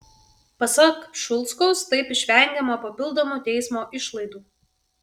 pasak šulskaus taip išvengiama papildomų teismo išlaidų